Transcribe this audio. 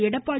Edappadi